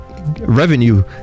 revenue